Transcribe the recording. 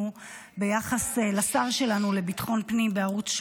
בערוץ 13 ביחס לשר שלנו לביטחון פנים.